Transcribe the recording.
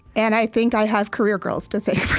and i think i have career girls to thank for